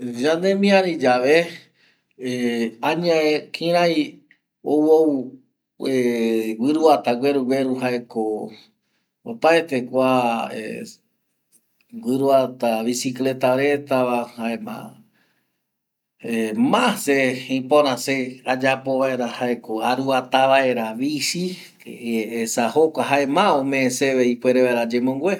Ñanemiari yave, añae kirai ou, ou guɨroata gueru gueru, jae ko opaete kua guɨroata Bisicleta reta va, jaema ma se ipora seve ayapovaera jaeko aroata vaera Bisi, esa jokua jae maa omee seve ipuere vaera ayemongue.